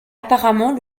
apparemment